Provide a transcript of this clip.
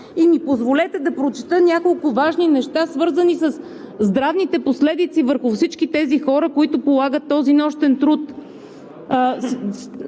И ми позволете да прочета няколко важни неща, свързани със здравните последици върху всички тези хора, които полагат нощен труд.